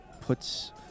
puts